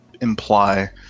imply